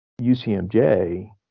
UCMJ